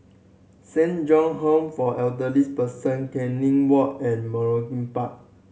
Saint John Home for Elderly Persons Canning Walk and Malcolm Park